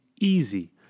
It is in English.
easy